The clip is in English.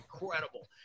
incredible